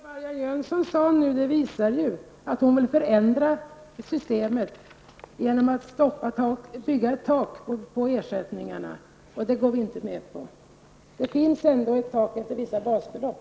Herr talman! Det som Marianne Jönsson nu sade visar att hon vill förändra systemet genom att ha ett tak när det gäller ersättningarna. Det går vi inte med på. Det finns ändå ett tak i form av ett visst antal basbelopp.